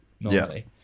normally